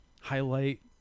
highlight